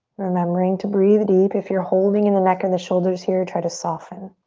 remembering to breathe deep. if you're holding in the neck or the shoulder here try to soften.